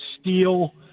steel